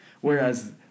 Whereas